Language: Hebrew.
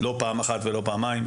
לא פעם אחת ולא פעמיים.